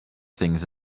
things